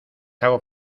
hago